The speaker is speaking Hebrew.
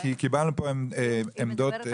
כי קיבלנו ניירות עמדה